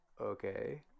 Okay